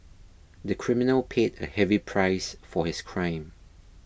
the criminal paid a heavy price for his crime